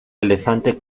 elefante